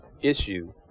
issue